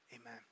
amen